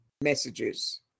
messages